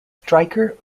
striker